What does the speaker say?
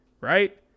right